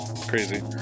Crazy